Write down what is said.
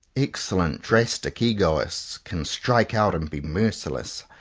excellent drastic egoists, can strike out and be merciless.